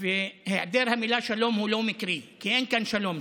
היעדר המילה "שלום" הוא לא מקרי, כי אין כאן שלום.